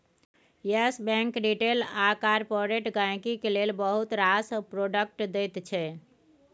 yes bank retail आ corporate गांहिकी लेल बहुत रास प्रोडक्ट दैत छै